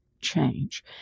change